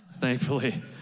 Thankfully